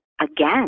again